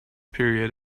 period